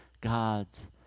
God's